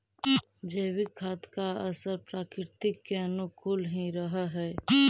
जैविक खाद का असर प्रकृति के अनुकूल ही रहअ हई